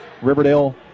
Riverdale